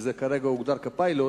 כי כרגע זה הוגדר כפיילוט,